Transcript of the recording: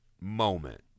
moment